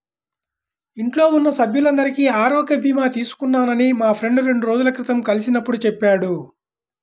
ఇంట్లో ఉన్న సభ్యులందరికీ ఆరోగ్య భీమా తీసుకున్నానని మా ఫ్రెండు రెండు రోజుల క్రితం కలిసినప్పుడు చెప్పాడు